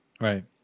Right